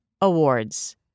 awards